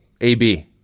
AB